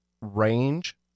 range